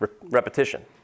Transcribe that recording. repetition